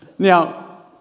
Now